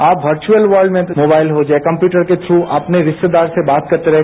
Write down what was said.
आप virtual world में mobile हो चाहे कम्प्युटर के थ्रू अपने रिश्तेदार से बात करते रहें